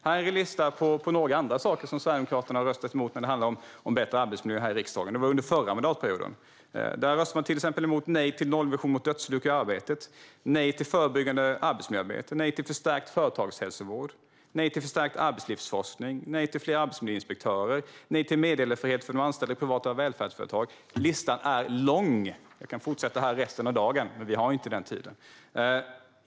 Här är listan på sådant Sverigedemokraterna under förra mandatperioden har röstat emot när det gäller bättre arbetsmiljö: Man röstade nej till nollvision när det gäller dödsolyckor i arbetet, nej till förebyggande arbetsmiljöarbete, nej till förstärkt företagshälsovård, nej till förstärkt arbetslivsforskning, nej till fler arbetsmiljöinspektörer och nej till meddelarfrihet för anställda i privata välfärdsföretag. Listan är lång, och jag kan fortsätta räkna upp saker resten av dagen, men vi har inte den tiden.